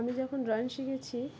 আমি যখন ড্রয়িং শিখেছি